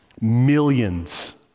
Millions